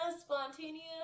spontaneous